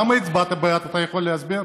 למה הצבעת בעד, אתה יכול להסביר?